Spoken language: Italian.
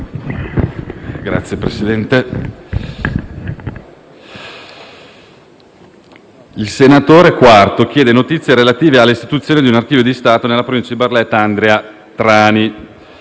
il senatore Quarto chiede notizie relative all'istituzione di un Archivio di Stato nella provincia di Barletta-Andria-Trani.